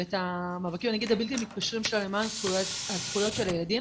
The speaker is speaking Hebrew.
אני אגיד הבלתי מתפשרים על הזכויות של הילדים